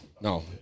no